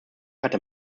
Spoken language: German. hatte